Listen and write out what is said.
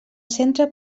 centre